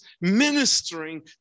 ministering